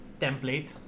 template